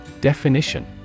Definition